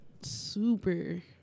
super